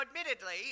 admittedly